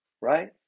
right